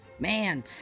Man